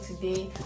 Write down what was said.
today